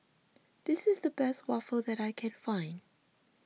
this is the best Waffle that I can find